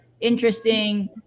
interesting